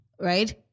right